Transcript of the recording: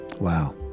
wow